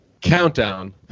Countdown